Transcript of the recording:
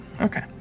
Okay